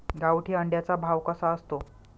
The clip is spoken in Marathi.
गावठी अंड्याचा भाव कसा असतो?